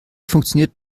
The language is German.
funktioniert